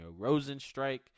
Rosenstrike